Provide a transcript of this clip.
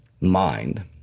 mind